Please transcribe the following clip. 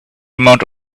amount